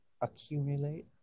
accumulate